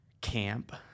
camp